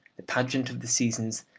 the pageant of the seasons,